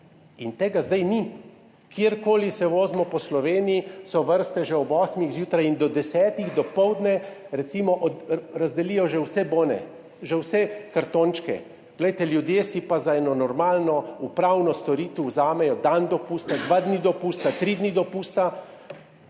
In tega zdaj ni! Kjerkoli se vozimo po Sloveniji, so vrste že ob osmih zjutraj in do desetih dopoldne recimo razdelijo že vse bone, že vse kartončke. Ljudje si za eno normalno upravno storitev vzamejo dan dopusta, dva dni dopusta, tri dni dopusta,